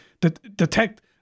detect